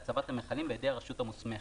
הצבת המכלים בידי הרשות המוסמכת.